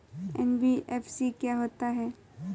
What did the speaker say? NBFC क्या होता है?